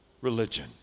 Religion